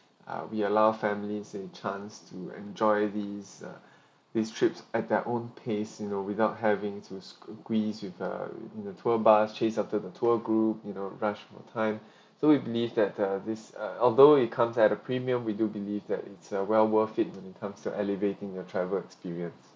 ah we allow families in chance to enjoy these uh these trips at their own pace you know without having to squeeze with the in the tour bus chase after the tour group you know rush on time so we believe that the this uh although it comes at a premium we do believe that it's a well worth in times to elevating your travel experience